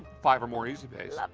five or more easy pays.